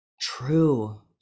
true